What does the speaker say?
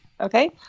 Okay